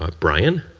ah brian?